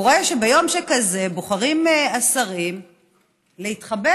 והוא רואה שביום שכזה בוחרים השרים להתחבא,